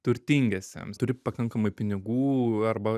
turtingiesiems turi pakankamai pinigų arba